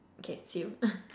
okay see you